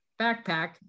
backpack